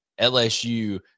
lsu